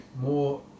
more